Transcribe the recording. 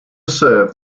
serve